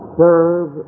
serve